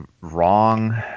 wrong